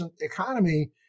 economy